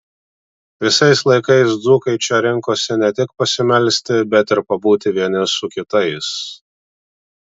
visais laikais dzūkai čia rinkosi ne tik pasimelsti bet ir pabūti vieni su kitais